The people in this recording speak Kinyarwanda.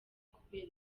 kubera